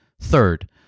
Third